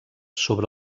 sobre